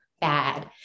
bad